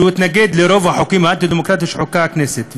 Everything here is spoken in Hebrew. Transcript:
שהתנגד לרוב החוקים האנטי-דמוקרטיים שחוקקה הכנסת,